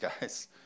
guys